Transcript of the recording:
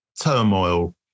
turmoil